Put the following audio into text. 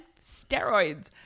steroids